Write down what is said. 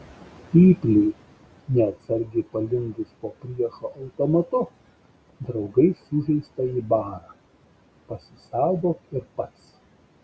pypliui neatsargiai palindus po priešo automatu draugai sužeistąjį bara pasisaugok ir pats